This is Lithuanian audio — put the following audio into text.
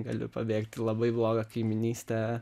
gali pabėgt į labai blogą kaimynystę